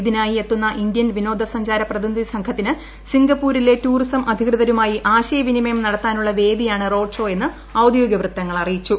ഇതിനായി എത്തുന്ന ഇന്ത്യൻ വിനോദസഞ്ചാര പ്രതിനിധി സംഘത്തിന് സിംഗപ്പൂരിലെ ടൂറിസം അധികൃതരുമായി ആശയ വിനിമയം നടത്താനുളള വേദിയാണ് റോഡ് ഷോ എന്ന് ഔദ്യോഗിക വൃത്തങ്ങൾ അറിയിച്ചു